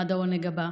עד העונג הבא.